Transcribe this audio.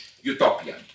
utopian